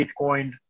Bitcoin